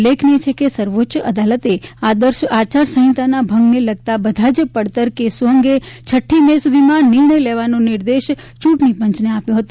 ઉલ્લેખનીય છે કે સર્વોચ્ચ અદાલતે આદર્શ આચારસંહિતાના ભંગને લગતા બધા જ પડતર કેસો અંગે છઠ્ઠી મે સુધીમાં નિર્ણય લેવાનો નિર્દેશ ચૂંટણી પંચને આપ્યો હતો